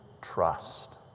trust